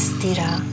Stira